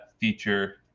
feature